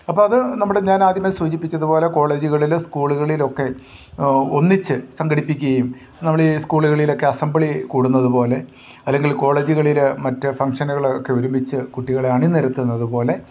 അപ്പം അത് നമ്മുടെ ഞാനാദ്യമേ സൂചിപ്പിച്ചത് പോലെ കോളേജുകളിൽ സ്കൂളുകളിലൊക്കെ ഒന്നിച്ച് സംഘടിപ്പിക്കുകയും നമ്മളീ സ്കൂളുകളിലൊക്കെ അസംബ്ലി കൂടുന്നതു പോലെ അല്ലെങ്കിൽ കോളേജുകളിൽ മറ്റു ഫംഗ്ഷനുകൾ ഒക്കെ ഒരുമിച്ച് കുട്ടികളെ അണിനിരത്തുന്നതു പോലെ